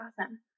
awesome